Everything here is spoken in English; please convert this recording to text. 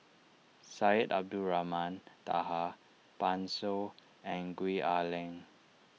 Syed Abdulrahman Taha Pan Shou and Gwee Ah Leng